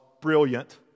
brilliant